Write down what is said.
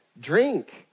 drink